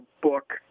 book